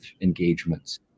engagements